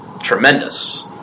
tremendous